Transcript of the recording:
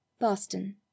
Boston